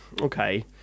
okay